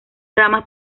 ramas